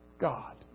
God